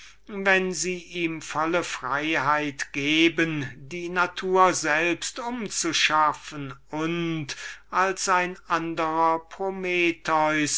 wenn er volle freiheit hat die natur selbst umzuschaffen und als ein andrer prometheus